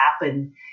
happen